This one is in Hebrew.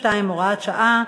62, הוראת שעה)